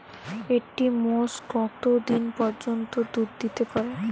একটি মোষ কত দিন পর্যন্ত দুধ দিতে পারে?